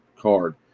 card